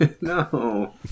No